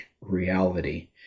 reality